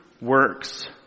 works